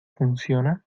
funciona